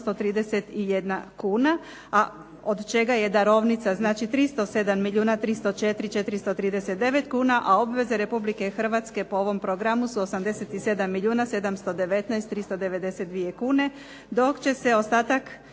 831 kuna od čega je darovnica 307 milijuna 304, 439 kuna a obveze Republike Hrvatske po ovom programu su 87 milijuna 719 392 kune. Dok će se ostatak